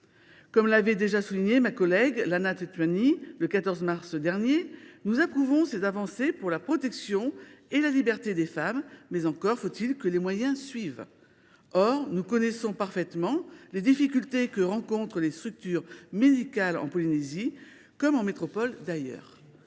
Comme l’avait déjà souligné ma collègue Lana Tetuanui le 14 mars dernier, nous approuvons ces avancées pour la protection et la liberté des femmes, mais encore faut il que les moyens suivent. Or nous connaissons parfaitement les difficultés que rencontrent les structures médicales en Polynésie, comme d’ailleurs